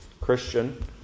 Christian